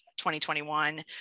2021